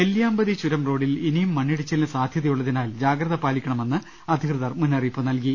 നെല്ലിയാമ്പതി ചുരംറോഡിൽ ഇനിയും മണ്ണിടിച്ചിലിന് സാധ്യ തയുളളതിനാൽ ജാഗ്രതപാലിക്കണുമെന്ന് അധികൃതർ മുന്നറി യിപ്പ് നൽകി